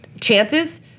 Chances